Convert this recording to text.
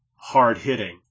hard-hitting